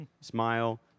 smile